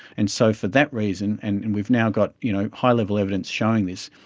and so for that reason, and and we've now got you know high-level evidence showing this,